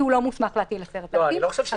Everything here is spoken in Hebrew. הוא לא מוסמך להטיל קנס של 10,000 ש"ח,